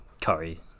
Curry